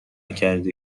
کرده